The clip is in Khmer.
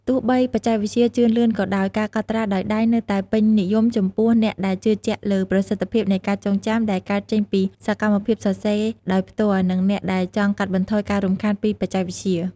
ទោះបីបច្ចេកវិទ្យាជឿនលឿនក៏ដោយ ការកត់ត្រាដោយដៃនៅតែពេញនិយមចំពោះអ្នកដែលជឿជាក់លើប្រសិទ្ធភាពនៃការចងចាំដែលកើតចេញពីសកម្មភាពសរសេរដោយផ្ទាល់ និងអ្នកដែលចង់កាត់បន្ថយការរំខានពីបច្ចេកវិទ្យា។